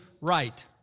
right